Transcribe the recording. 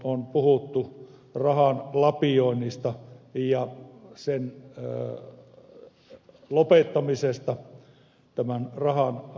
on puhuttu rahan lapioinnista ja sen lopettamisesta tämän rahan antamisesta